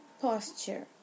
posture